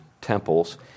temples